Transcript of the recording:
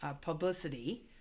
publicity